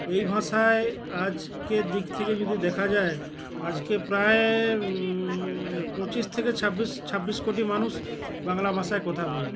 এই ভাষায় আজকের দিক থেকে যদি দেখা যায় আজকে প্রায় পঁচিশ থেকে ছাব্বিশ ছাব্বিশ কোটি মানুষ বাংলা ভাষায় কথা বলে